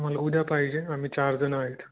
मला उद्या पाहिजे आम्ही चारजणं आहेत